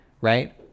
right